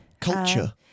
culture